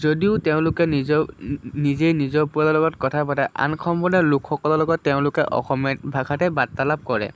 যদিও তেওঁলোকে নিজৰ নিজে নিজৰ পৰিয়ালৰ লগত কথা পাতে আন সম্প্ৰদায় লোকসকলৰ লগত তেওঁলোকে অসমীয়াত ভাষাতে বাৰ্তালাপ কৰে